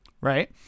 Right